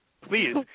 please